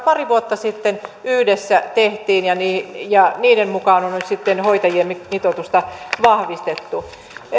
pari vuotta sitten yhdessä tehtiin ja niiden mukaan on nyt sitten hoitajien mitoitusta vahvistettu